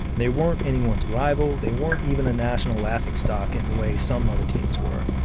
they weren't anyone's rival. they weren't even a national laughingstock in the way some other teams were.